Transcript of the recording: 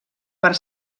per